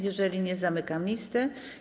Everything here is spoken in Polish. Jeżeli nie, zamykam listę.